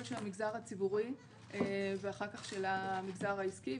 של המגזר הציבורי ואחר כך של המגזר העסקי,